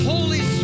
Holy